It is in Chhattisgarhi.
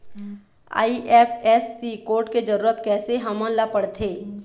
आई.एफ.एस.सी कोड के जरूरत कैसे हमन ला पड़थे?